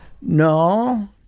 No